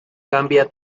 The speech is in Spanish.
cambia